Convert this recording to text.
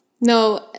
No